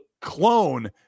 clone